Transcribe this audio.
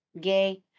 gay